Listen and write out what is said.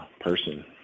person